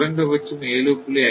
குறைந்தபட்சம் 7